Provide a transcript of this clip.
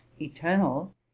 eternal